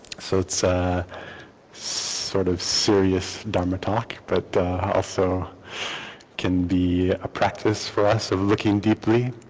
so it's a sort of serious dharma talk but also can be a practice for us of looking deeply.